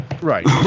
Right